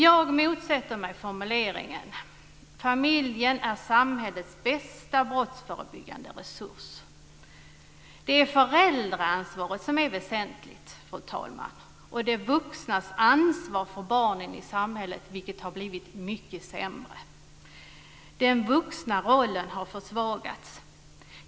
Jag motsätter mig formuleringen att familjen är samhällets bästa brottsförebyggande resurs. Det är föräldraansvaret som är väsentligt, fru talman. De vuxnas ansvar för barnen har blivit mycket sämre. Den vuxna rollen har försvagats.